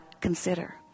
consider